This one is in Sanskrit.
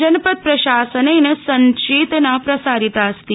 जनपदप्रशासनेन संचेतना प्रसारितास्ति